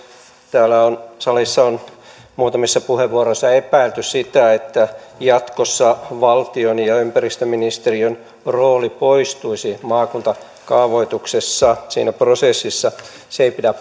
täällä salissa on muutamissa puheenvuoroissa epäilty sitä että jatkossa valtion ja ympäristöministeriön rooli poistuisi maakuntakaavoituksessa siinä prosessissa se ei pidä